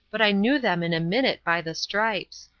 but i knew them in a minute by the stripes.